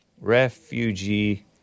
Refugee